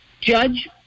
Judge